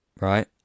Right